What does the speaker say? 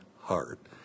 heart